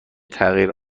تغییر